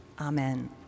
Amen